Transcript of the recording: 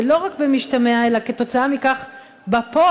ולא רק במשתמע אלא כתוצאה מכך בפועל,